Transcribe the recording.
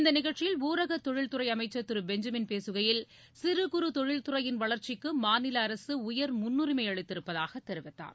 இந்த நிகழ்ச்சியில் ஊரக தொழில்துறை அமைச்சர் திரு பெஞ்சமின் பேசுகையில் சிறு குறு தொழில் துறையின் வளர்ச்சிக்கு மாநில அரசு உயர் முன்னுரிமை அளித்திருப்பதாக தெரிவித்தார்